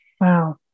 Wow